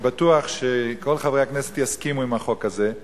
אני בטוח שכל חברי הכנסת יסכימו לחוק הזה.